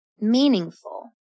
meaningful